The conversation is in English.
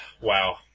Wow